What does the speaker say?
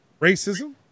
racism